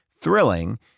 thrilling